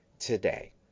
today